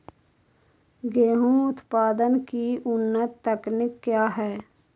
गेंहू उत्पादन की उन्नत तकनीक क्या है?